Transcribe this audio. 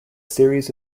series